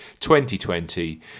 2020